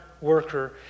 worker